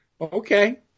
okay